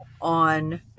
on